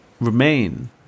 remain